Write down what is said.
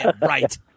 Right